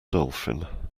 dolphin